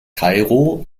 kairo